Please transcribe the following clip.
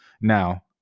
now